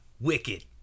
Wicked